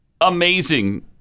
amazing